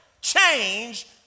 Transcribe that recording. change